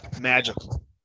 magical